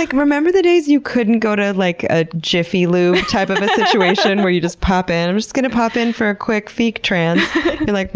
like remember the days you couldn't go to like a jiffy lube type of situation where you just pop in, i'm just going to pop in for a quick fec trans like